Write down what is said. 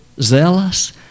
Zealous